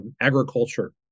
agriculture